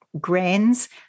grains